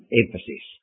emphasis